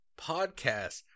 podcast